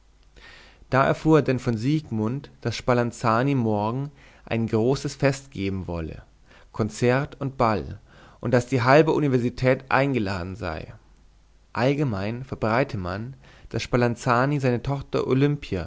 da erfuhr er denn von siegmund daß spalanzani morgen ein großes fest geben wolle konzert und ball und daß die halbe universität eingeladen sei allgemein verbreite man daß spalanzani seine tochter olimpia